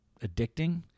addicting